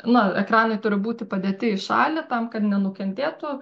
nu ekranai turi būti padėti į šalį tam kad nenukentėtų